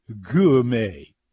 gourmet